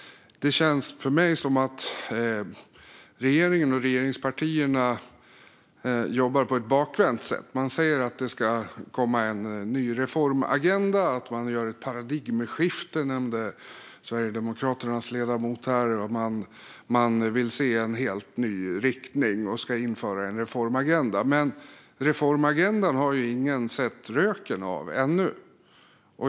Det känns för mig som att regeringen och regeringspartierna jobbar på ett bakvänt sätt. Man säger att det ska komma en ny reformagenda, och Sverigedemokraternas ledamot nämnde här att det ska bli ett paradigmskifte. Man vill se en helt ny riktning och ska alltså införa en reformagenda. Reformagendan har dock ingen sett röken av än.